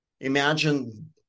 Imagine